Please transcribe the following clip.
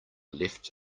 left